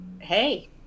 hey